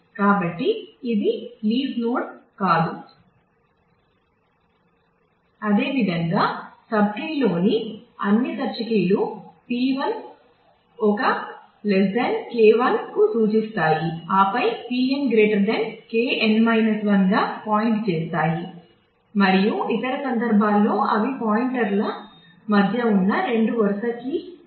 అదేవిధంగా సబ్ట్రీ మధ్య ఉన్న రెండు వరుస కీ విలువల మధ్య ఉంటాయి